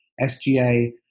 SGA